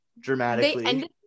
dramatically